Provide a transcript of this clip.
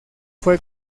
fue